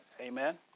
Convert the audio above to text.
Amen